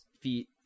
feet